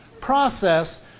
process